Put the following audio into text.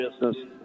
business